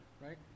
right